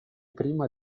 prima